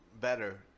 better